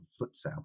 futsal